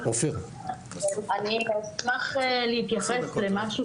אני אשמח להתייחס למשהו